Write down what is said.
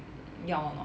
药 or not